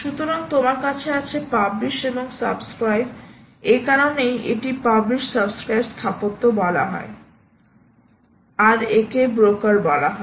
সুতরাং তোমার কাছে আছে পাবলিশ এবং সাবস্ক্রাইব সাবস্ক্রাইব এ কারণেই এটি পাবলিশ সাবস্ক্রাইব স্থাপত্য বলা হয় আর একে ব্রোকার বলা হয়